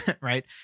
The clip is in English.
Right